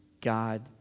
God